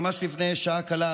ממש לפני שעה קלה,